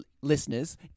listeners